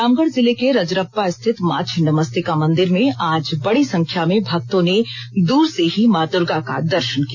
रामगढ़ जिले के रजरप्पा स्थित मां छिन्नमस्तिका मंदिर में आज बड़ी संख्या में भक्तों ने दूर से ही मां दूर्गा का दर्शन किया